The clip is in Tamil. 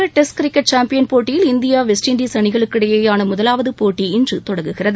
உலக டெஸ்ட் கிரிக்கெட் சாம்பியன் போட்டியில் இந்தியா வெஸ்ட் இண்டஸ் அணிகளுக்கு இடையேயான முதலாவது போட்டி இன்று தொடங்குகிறது